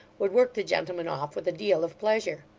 would work the gentleman off with a deal of pleasure.